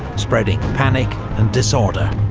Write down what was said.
spreading panic and disorder.